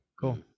cool